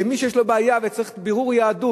מי שיש לו בעיה וצריך בירור יהדות,